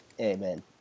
Amen